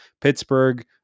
Pittsburgh